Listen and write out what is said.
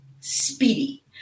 speedy